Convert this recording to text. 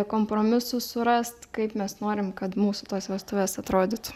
kompromisų surast kaip mes norim kad mūsų tos vestuvės atrodytų